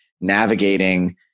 navigating